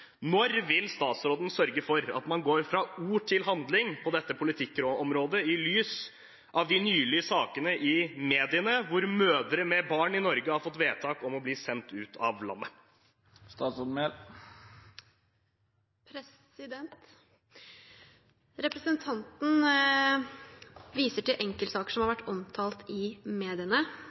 Når vil statsråden sørge for at man går fra ord til handling på dette politikkområdet i lys av de nylige sakene i mediene hvor mødre med barn i Norge har fått vedtak om å bli sendt ut av landet?» Representanten viser til enkeltsaker som har vært omtalt i mediene,